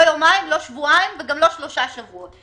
לא יומיים, לא שבועיים וגם לא שלושה שבועות.